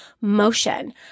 motion